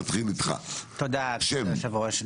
תודה כבוד יושב- הראש,